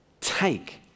take